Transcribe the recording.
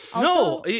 No